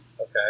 okay